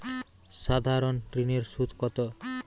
সাধারণ ঋণের সুদ কত?